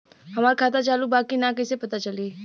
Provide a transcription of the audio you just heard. हमार खाता चालू बा कि ना कैसे पता चली?